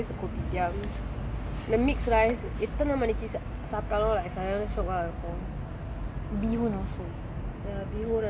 I think the best place to eat breakfast is always the kopitiam the mixed rice எத்தன மணிக்கு சாப்பிட்டாலும்:ethana manikku sappittaalum like சரியான சொக்கா இருக்கும்:sariyaana sokkaa irukkum